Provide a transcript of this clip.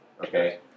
Okay